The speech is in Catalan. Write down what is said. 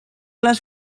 les